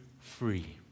free